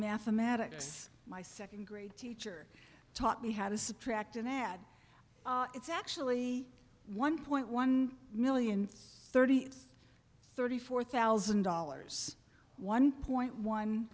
mathematics my second grade teacher taught me how to subtract and add it's actually one point one million thirty thirty four thousand dollars one point one